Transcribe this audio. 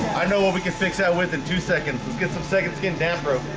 i know what we can fix that within two seconds let's get some second skin damper